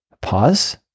pause